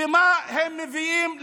ומה הם מביאים לוועדה?